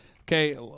Okay